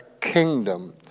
kingdom